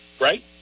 right